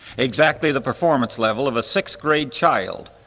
exactly the performance level of a sixth grade child,